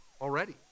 already